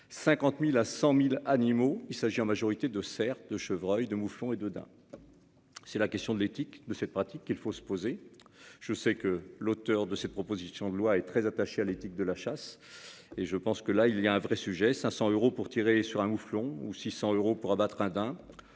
50.000 à 100.000 animaux. Il s'agit en majorité de cerfs de chevreuils, de mouflons et dedans. C'est la question de l'éthique de cette pratique qu'il faut se poser. Je sais que l'auteur de cette proposition de loi est très attaché à l'éthique de la chasse et je pense que là il y a un vrai sujet. 500 euros pour tirer sur un mouflon ou 600 euros pour abattre hein